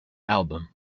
album